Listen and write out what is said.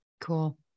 Cool